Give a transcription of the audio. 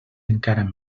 encara